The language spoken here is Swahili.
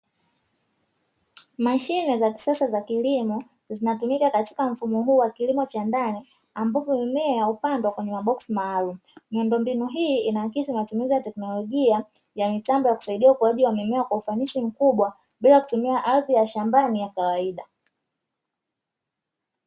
Mashine za kisasa za kilimo, zinatumika katika mfumo huu wa kilimo cha ndani ambapo mimea hupandwa kwenye maboksi maalumu, miundombinu hii ina akisi matumizi ya teknolojia ya mitambo inayosaidia ukuaji wa mimea kwa ufanisi mkubwa bila kutumia ardhi ya kawaida.